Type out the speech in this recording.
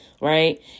Right